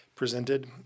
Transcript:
presented